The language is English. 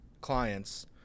clients